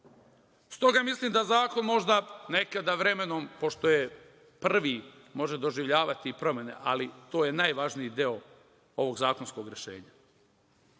mislim da zakon možda nekada vremenom, pošto je prvi, može doživljavati promene, ali to je najvažniji deo ovog zakonskog rešenja